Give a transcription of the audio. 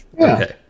Okay